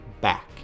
back